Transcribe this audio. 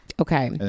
Okay